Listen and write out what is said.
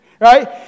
right